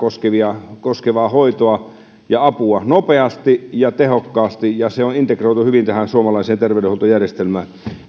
koskevaa hoitoa ja apua nopeasti ja tehokkaasti ja joka on integroitu hyvin tähän suomalaiseen terveydenhuoltojärjestelmään